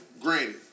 granted